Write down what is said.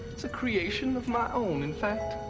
it's a creation of my own, in fact.